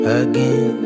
again